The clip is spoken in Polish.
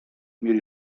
mieli